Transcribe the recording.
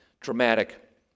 dramatic